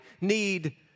need